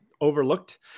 overlooked